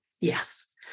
yes